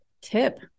tip